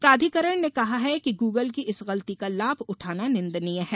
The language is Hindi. प्राधिकरण ने कहा है कि गूगल की इस गलती का लाभ उठाना निदनीय है